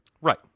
Right